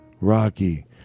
Rocky